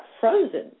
frozen